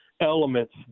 elements